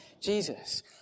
Jesus